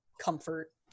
comfort